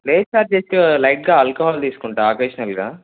లేదు sir just లైట్గా alcohol తీసుకుంటు అకేషనల్గా